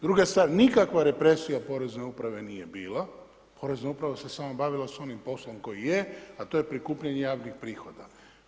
Druga stvar nikakva represija porezne uprave nije bila, porezna uprava se samo bavila s onim poslom koji je, a to je prikupljanje javnih prihoda.